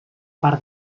part